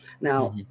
Now